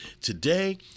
Today